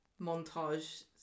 montage